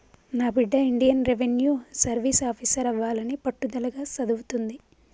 నా బిడ్డ Indian Revenue Service officer అవ్వాలని పట్టుదలగా సదువుతుంది